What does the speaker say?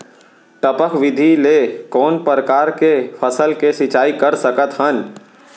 टपक विधि ले कोन परकार के फसल के सिंचाई कर सकत हन?